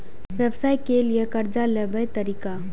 व्यवसाय के लियै कर्जा लेबे तरीका?